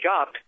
up